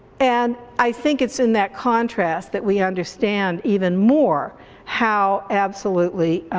and i think it's in that contrast that we understand even more how absolutely